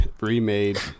remade